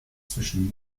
zwischen